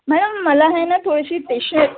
madam मला आहे ना थोडीशी स्टेशन